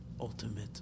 ultimate